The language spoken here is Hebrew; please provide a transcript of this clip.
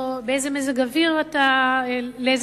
לאיזה מזג אוויר אתה נחשף,